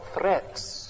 threats